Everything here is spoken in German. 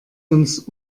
uns